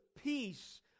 peace